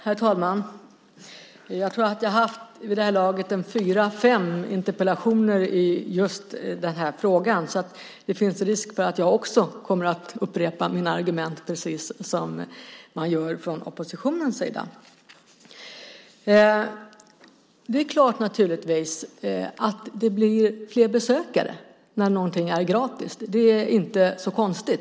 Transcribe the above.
Herr talman! Jag tror att jag vid det här laget har haft en fyra fem interpellationsdebatter om just denna fråga. Det finns alltså en risk att jag också kommer att upprepa mina argument, precis som man gör från oppositionens sida. Det är klart att det blir fler besökare när någonting är gratis. Det är inte så konstigt.